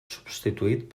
substituït